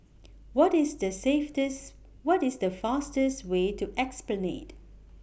What IS The saveties What IS The fastest Way to Esplanade